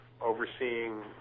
overseeing